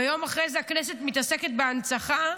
ויום אחרי זה הכנסת מתעסקת בהנצחה.